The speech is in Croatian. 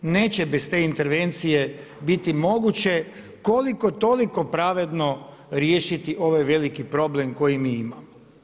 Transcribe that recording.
Neće bez te intervencije biti moguće koliko-toliko pravedno riješiti ovaj veliki problem koji mi imamo.